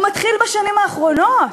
הוא מתחיל בשנים האחרונות,